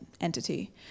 entity